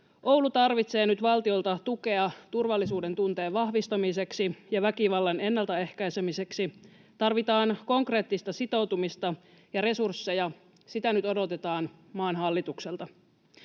Oulu tarvitsee nyt valtiolta tukea turvallisuudentunteen vahvistamiseksi ja väkivallan ennaltaehkäisemiseksi. Tarvitaan konkreettista sitoutumista ja resursseja. Sitä nyt odotetaan maan hallitukselta.